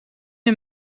een